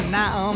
now